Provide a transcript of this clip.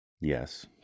Yes